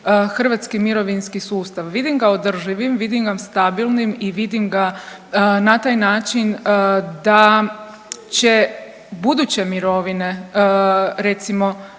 hrvatski mirovinski sustav? Vidim ga održivim, vidim ga stabilnim i vidim ga na taj način da će buduće mirovine recimo